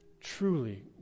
truly